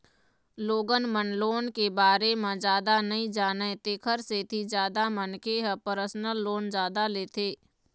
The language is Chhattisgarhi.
लोगन मन लोन के बारे म जादा नइ जानय तेखर सेती जादा मनखे ह परसनल लोन जादा लेथे